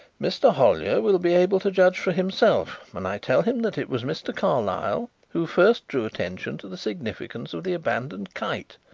mr. hollyer will be able to judge for himself when i tell him that it was mr. carlyle who first drew attention to the significance of the abandoned kite,